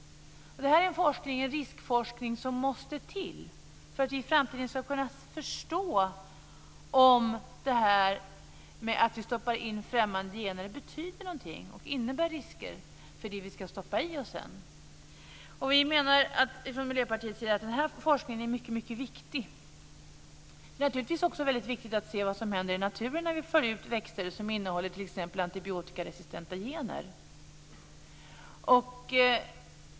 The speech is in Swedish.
Det här är en riskforskning som måste till för att vi i framtiden ska kunna förstå om det här att vi stoppar in främmande gener betyder någonting och innebär risker för det vi sedan ska stoppa i oss. Vi menar från Miljöpartiet att den här forskningen är mycket viktig. Det är naturligtvis också viktigt att se vad som händer i naturen när vi för ut växter som innehåller t.ex. antibiotikaresistenta gener.